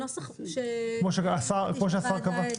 הנוסח הוא כמו שהשר קבע?